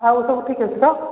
ଆଉ ସବୁ ଠିକ୍ ଅଛି ତ